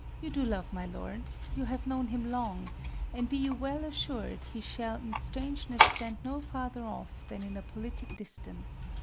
you do love my lord you have known him long and be you well assur'd he shall in strangeness stand no farther off than in a politic distance.